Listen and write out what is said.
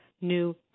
new